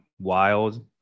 wild